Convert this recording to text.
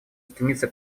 стремиться